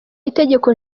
itegeko